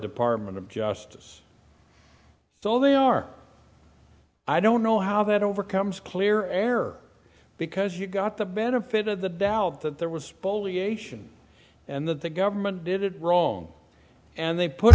department of justice so they are i don't know how that overcomes clear error because you got the benefit of the doubt that there was fully ation and that the government did it wrong and they put